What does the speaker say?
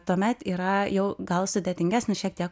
tuomet yra jau gal sudėtingesnis šiek tiek